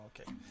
okay